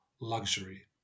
luxury